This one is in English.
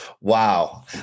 wow